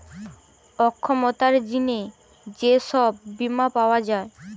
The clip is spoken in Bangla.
অক্ষমতার জিনে যে সব বীমা পাওয়া যায়